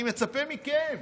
אני מצפה מכם